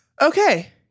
Okay